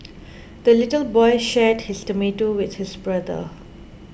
the little boy shared his tomato with his brother